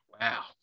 Wow